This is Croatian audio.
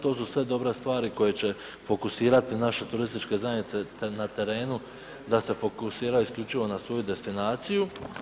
To su sve dobre stvari koje će fokusirati naše turističke zajednice na terenu da se fokusiraju isključivo na svoju destinaciju.